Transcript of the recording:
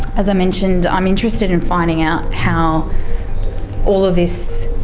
as i mentioned i'm interested in finding out how all of this